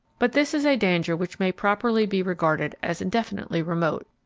but this is a danger which may properly be regarded as indefinitely remote,